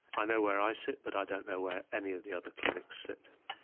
i know where i sit but i don't know where any of the other clinics sit.